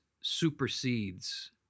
supersedes